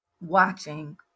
watching